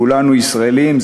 כולנו ישראלים,